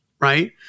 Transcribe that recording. Right